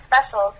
specials